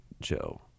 Joe